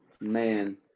man